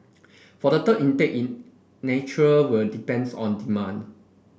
for the third intake in nature will depends on demand